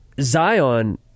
Zion